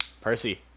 percy